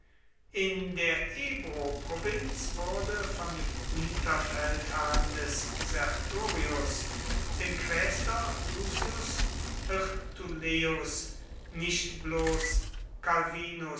in der ebroprovinz wurde von dem unterfeldherrn des sertorius dem quästor lucius hirtuleius nicht bloß calvinus